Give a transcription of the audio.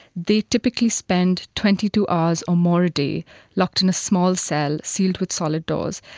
they typically spend twenty two hours or more a day locked in a small cell sealed with solid doors,